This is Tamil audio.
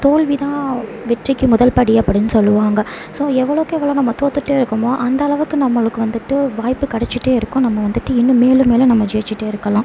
தோல்வி தான் வெற்றிக்கு முதல்படி அப்படின் சொல்லுவாங்க ஸோ எவ்வளோக்கு எவ்வளோ நம்ம தோற்றுட்டே இருக்குமோ அந்த அளவுக்கு நம்மளுக்கு வந்துட்டு வாய்ப்பு கிடச்சிட்டே இருக்கும் நம்ம வந்துட்டு இன்னும் மேலும் மேலும் நம்ம ஜெயிச்சுட்டே இருக்கலாம்